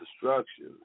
destruction